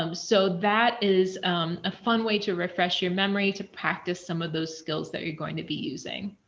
um so that is a fun way to refresh your memory to practice some of those skills that you're going to be using.